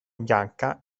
bianca